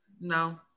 No